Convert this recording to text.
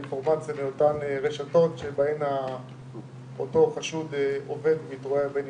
אינפורמציה מאותן רשתות שבהן אותו חשוד עובד ומתרועע עם ילדים.